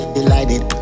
delighted